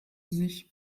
sich